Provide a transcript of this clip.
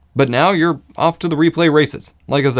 but now you're off to the replay races! like i said,